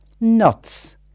Nuts